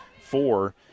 four